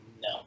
no